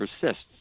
persists